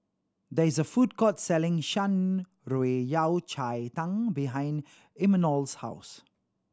there is a food court selling Shan Rui Yao Cai Tang behind Imanol's house